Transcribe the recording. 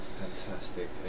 Fantastic